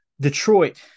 Detroit